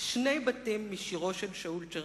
שני בתים משירו של שאול טשרניחובסקי.